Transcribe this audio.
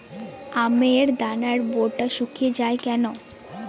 আমের দানার বোঁটা শুকিয়ে য়ায় কেন?